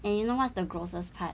and you know what's the grossest part